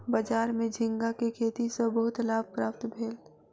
बजार में झींगा के खेती सॅ बहुत लाभ प्राप्त भेल